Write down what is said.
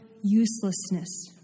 uselessness